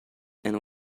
and